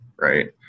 right